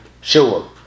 sure